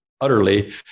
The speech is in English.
utterly